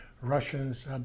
Russians